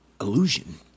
illusion